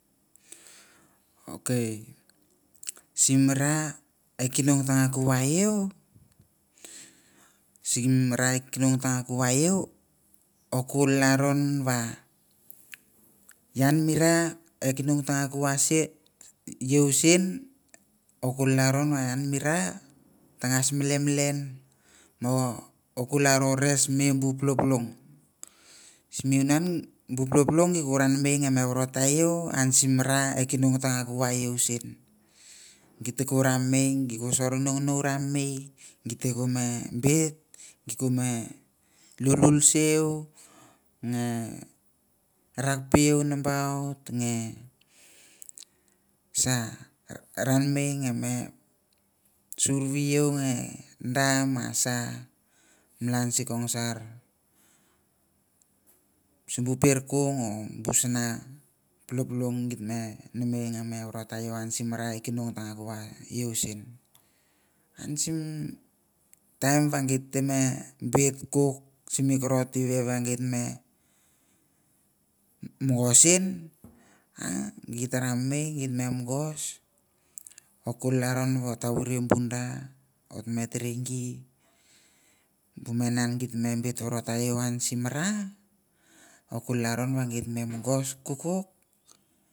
Okay sim ra eh kinung dta kava iau a kol lavon va ian mi ra eh kinung kava iau sihn oku laron va tangas melemelen o ko laro res me bu pulupulung siwwunah bu pulupulung gi ranamei va vorota iau simi ra eh kinan taka va iau sihn gite ranamei gite sor ngou ngou ranamei gitem no bit lulu siau rakpet iau nambaut ran mei ve survi isau ngan da malan sin kong shar pir kung busna pulpulang namei ve worot ta iau simi ra kinung taka wa sin taim va bit kukuk simi korot eve va git ve mongos in git ve ranamei ve git ve mongos ot lavon vuria bu da me tere gi bu mene gite vorota iau ot laron ve git ve mongos kukuk.